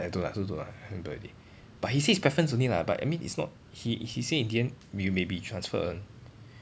I don't know I also don't know cannot remember already but he say his preference only lah but I mean is not he he say in the end we may be transferred [one]